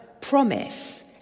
promise